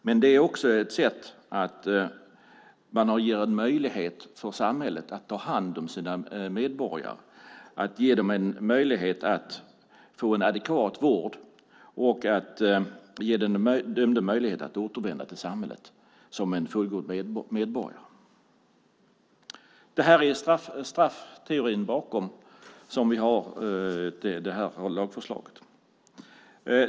Men det är också ett sätt att ge en möjlighet för samhället att ta hand om sina medborgare, att ge dem en möjlighet att få en adekvat vård och att ge den dömde möjlighet att återvända till samhället som en fullgod medborgare. Det här är straffteorin bakom lagförslaget.